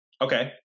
Okay